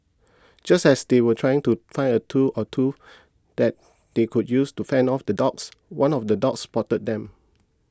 just as they were trying to find a tool or two that they could use to fend off the dogs one of the dogs spotted them